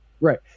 Right